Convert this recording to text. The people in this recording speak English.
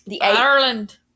Ireland